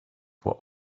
what